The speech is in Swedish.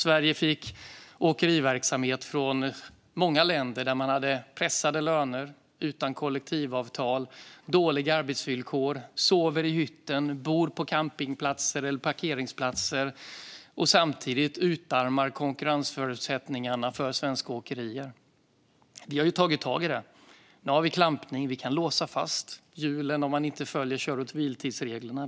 Sverige fick åkeriverksamhet från många länder där man hade pressade löner utan kollektivavtal och dåliga arbetsvillkor som innebar att chaufförerna sov i hytten eller bodde på parkeringsplatser. Samtidigt utarmades konkurrensförutsättningarna för svenska åkerier. Vi har tagit tag i det. Vi har klampning och kan låsa fast hjulen om man inte följer kör och vilotidsreglerna.